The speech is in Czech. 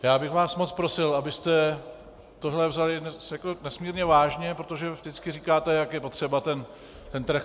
Já bych vás moc prosil, abyste tohle vzali nesmírně vážně, protože vždycky říkáte, jak je potřeba ten trh...